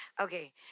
Okay